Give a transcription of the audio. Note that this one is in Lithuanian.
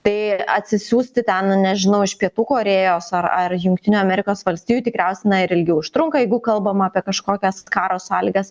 tai atsisiųsti ten nežinau iš pietų korėjos ar ar jungtinių amerikos valstijų tikriausiai na ir ilgiau užtrunka jeigu kalbama apie kažkokias karo sąlygas